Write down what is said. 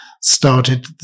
started